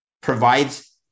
provides